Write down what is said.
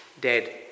dead